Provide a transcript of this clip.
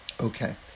Okay